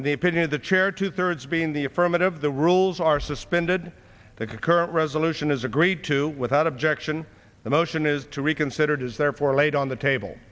in the opinion of the chair two thirds being the affirmative the rules are suspended the concurrent resolution is agreed to without objection the motion is to reconsider it is therefore laid on the table